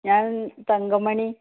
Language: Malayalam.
ഞാൻ തങ്കമണി